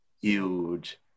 huge